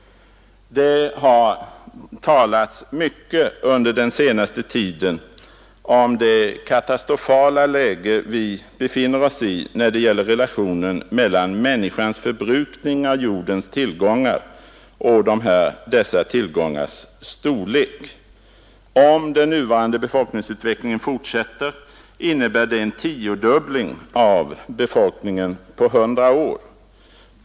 Det har under den senaste tiden talats mycket om det katastrofala läge vi befinner oss i när det gäller relationen mellan människans förbrukning av jordens tillgångar och dessa tillgångars storlek. Om den nuvarande befolkningsutvecklingen fortsätter, innebär det en tiodubbling av jordens befolkning på 100 år.